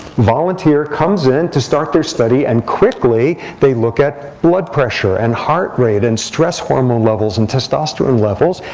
volunteer comes in to start their study, and quickly they look at blood pressure, and heart rate, and stress hormone levels, and testosterone levels,